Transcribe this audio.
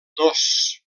dos